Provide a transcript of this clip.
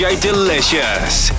Delicious